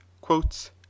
quotes